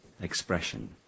expression